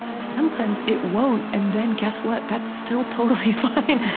sometimes it won't and then, guess what? that's still totally fine.